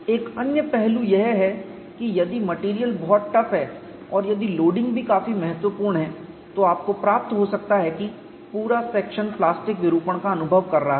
एक अन्य पहलू यह है कि यदि मेटेरियल बहुत टफ है और यदि लोडिंग भी काफी महत्वपूर्ण है तो आपको प्राप्त हो सकता है कि पूरा सेक्शन प्लास्टिक विरूपण का अनुभव कर रहा है